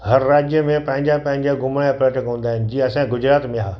हर राज्य में पंहिंजा पंहिंजा घुमण जा पर्यटक हूंदा इन जीअं असांजे गुजरात में आहे